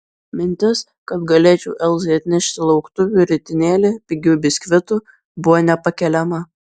mintis kad galėčiau elzai atnešti lauktuvių ritinėlį pigių biskvitų buvo nepakeliama